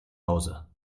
hause